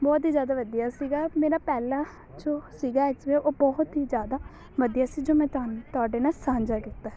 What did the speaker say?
ਬਹੁਤ ਹੀ ਜ਼ਿਆਦਾ ਵਧੀਆ ਸੀਗਾ ਮੇਰਾ ਪਹਿਲਾ ਜੋ ਸੀਗਾ ਐਕਸਪੀਰੀਅੰਸ ਉਹ ਬਹੁਤ ਹੀ ਜ਼ਿਆਦਾ ਵਧੀਆ ਸੀ ਜੋ ਮੈਂ ਤੁਹਾਨ ਤੁਹਾਡੇ ਨਾਲ ਸਾਂਝਾ ਕੀਤਾ